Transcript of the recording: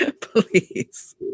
please